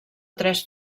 tres